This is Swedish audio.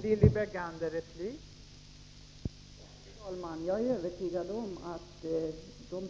Fru talman! Jag är övertygad om att man,